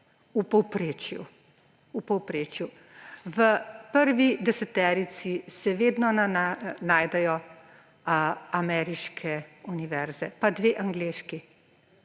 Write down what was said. v povprečju. V prvi deseterici se vedno najdejo ameriške univerze, pa dve angleški,